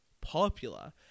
popular